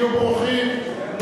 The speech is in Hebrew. תהיו ברוכים.